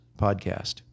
podcast